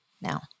Now